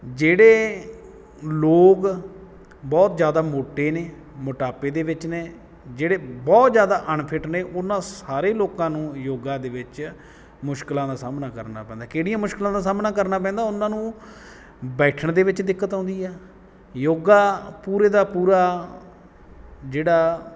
ਜਿਹੜੇ ਲੋਕ ਬਹੁਤ ਜ਼ਿਆਦਾ ਮੋਟੇ ਨੇ ਮੋਟਾਪੇ ਦੇ ਵਿੱਚ ਨੇ ਜਿਹੜੇ ਬਹੁਤ ਜ਼ਿਆਦਾ ਅਨਫਿਟ ਨੇ ਉਹਨਾਂ ਸਾਰੇ ਲੋਕਾਂ ਨੂੰ ਯੋਗਾ ਦੇ ਵਿੱਚ ਮੁਸ਼ਕਿਲਾਂ ਦਾ ਸਾਹਮਣਾ ਕਰਨਾ ਪੈਂਦਾ ਕਿਹੜੀਆਂ ਮੁਸ਼ਕਿਲਾਂ ਦਾ ਸਾਹਮਣਾ ਕਰਨਾ ਪੈਂਦਾ ਉਹਨਾਂ ਨੂੰ ਬੈਠਣ ਦੇ ਵਿੱਚ ਦਿੱਕਤ ਆਉਂਦੀ ਹੈ ਯੋਗਾ ਪੂਰੇ ਦਾ ਪੂਰਾ ਜਿਹੜਾ